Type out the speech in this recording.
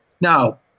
Now